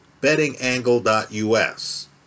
bettingangle.us